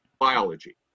biology